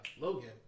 Logan